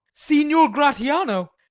signior gratiano?